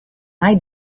mai